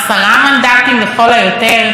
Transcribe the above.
10 מנדטים לכל היותר,